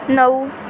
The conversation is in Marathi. नऊ